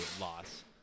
loss